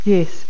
Yes